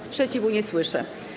Sprzeciwu nie słyszę.